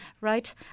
right